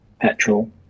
Petrol